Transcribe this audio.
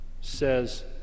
says